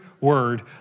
word